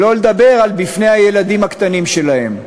שלא לדבר בפני הילדים הקטנים שלהם.